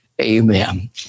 Amen